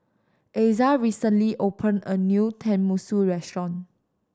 Asa recently opened a new Tenmusu Restaurant